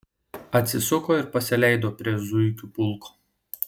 atsisuko ir pasileido prie zuikių pulko